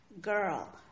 girl